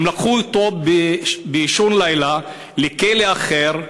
הם לקחו אותו באישון לילה לכלא אחר,